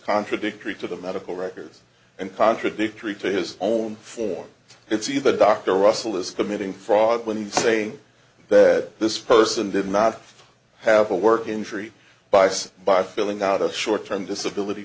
contradictory to the medical records and contradictory to his own form it's either dr russell is committing fraud when saying that this person did not have a work injury bice by filling out a short term disability